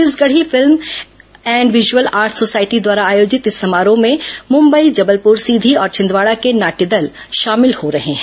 Chhattisgarhi film and visual art society द्वारा आयोजित इस समारोह में मुंबई जबलपुर सीधी और छिंदवाडा के नाटय दल शामिल हो रहे हैं